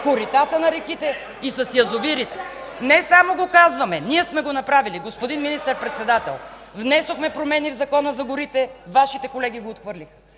коритата на реките и с язовирите. Не само го казваме, ние сме го направили. Господин Министър-председател, внесохме промени в Закона за горите, Вашите колеги го отхвърлиха;